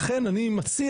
לכן אני מציע,